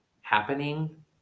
happening